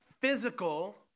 physical